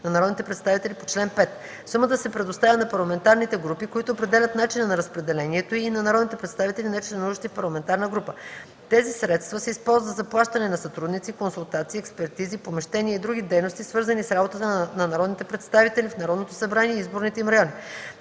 на народните представители по чл. 5. Сумата се предоставя на парламентарните групи, които определят начина на разпределението й, и на народните представители, нечленуващи в парламентарна група. Тези средства се използват за заплащане на сътрудници, консултации, експертизи, помещения и други дейности, свързани с работата на народните представители в Народното събрание и изборните им райони.